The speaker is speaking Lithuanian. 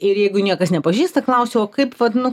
ir jeigu niekas nepažįsta klausiu o kaip vat nu kaip